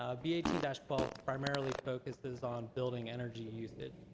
ah b eighteen twelve primarily focuses on building energy usage.